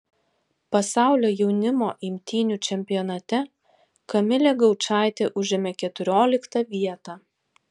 pasaulio jaunimo imtynių čempionate kamilė gaučaitė užėmė keturioliktą vietą